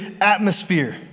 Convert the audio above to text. atmosphere